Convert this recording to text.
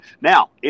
Now